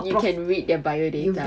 you can read their biodata